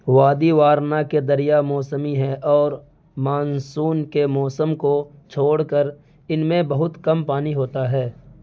وادی وارنا کے دریا موسمی ہیں اور مانسون کے موسم کو چھوڑ کر ان میں بہت کم پانی ہوتا ہے